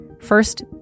First